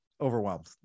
overwhelmed